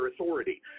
authority